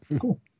cool